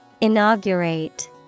Inaugurate